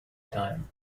time